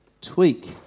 tweak